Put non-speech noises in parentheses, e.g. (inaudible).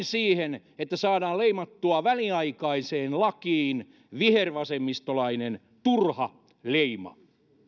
(unintelligible) siihen että saadaan leimattua väliaikaiseen lakiin vihervasemmistolainen turha leima